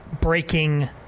breaking